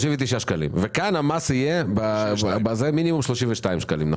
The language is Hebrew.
כאן המס יהיה מינימום 32 שקלים.